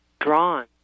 drawn